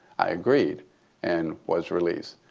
i agreed and was released.